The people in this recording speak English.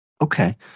Okay